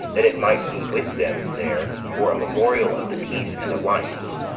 that it might be with them there for a memorial of the peace, and alliance.